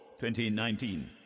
2019